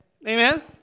Amen